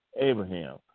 Abraham